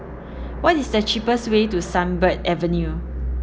what is the cheapest way to Sunbird Avenue